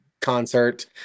concert